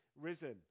risen